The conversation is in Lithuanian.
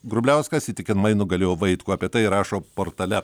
grubliauskas įtikinamai nugalėjo vaitkų apie tai rašo portale